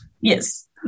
Yes